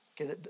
Okay